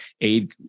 aid